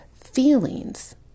feelings